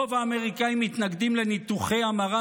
רוב האמריקאים מתנגדים לניתוחי המרה